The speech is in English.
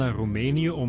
ah romania. um